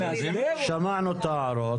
שמענו את ההערות.